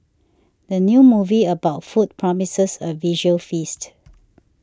the new movie about food promises a visual feast